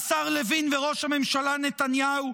השר לוין וראש הממשלה נתניהו,